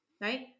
right